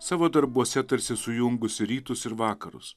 savo darbuose tarsi sujungusi rytus ir vakarus